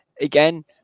Again